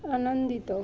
ଆନନ୍ଦିତ